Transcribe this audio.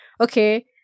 Okay